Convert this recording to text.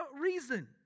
reason